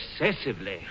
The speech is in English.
Excessively